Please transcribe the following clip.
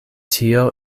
tio